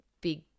big